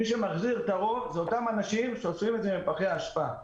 מי שמחזיר את הרוב זה אנשים שאוספים את זה מפחי האשפה.